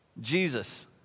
Jesus